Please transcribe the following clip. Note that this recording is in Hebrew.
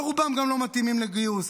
ורובם גם לא מתאימים לגיוס,